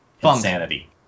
insanity